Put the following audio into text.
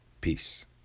Peace